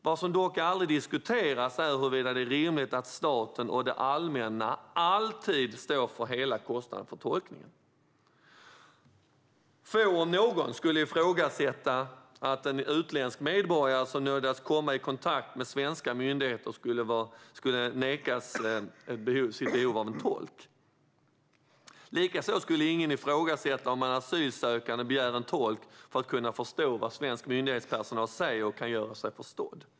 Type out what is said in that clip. Vad som dock aldrig diskuteras är huruvida det är rimligt att staten och det allmänna alltid står för hela kostnaden för tolkning. Få, om någon, skulle ifrågasätta att en utländsk medborgare som nödgas komma i kontakt med svenska myndigheter är i behov av tolk. Likaså skulle ingen ifrågasätta om en asylsökande begär en tolk för att kunna förstå vad svensk myndighetspersonal säger och kunna göra sig förstådd.